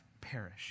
perish